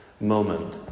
moment